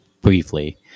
briefly